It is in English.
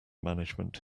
management